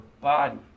body